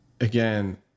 Again